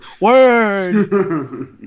Word